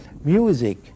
music